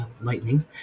lightning